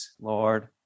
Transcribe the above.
Lord